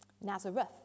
Nazareth